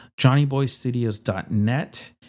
johnnyboystudios.net